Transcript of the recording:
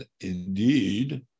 Indeed